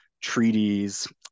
treaties